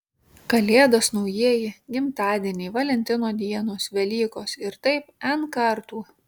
kalėdos naujieji gimtadieniai valentino dienos velykos ir taip n kartų